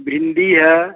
भिंडी है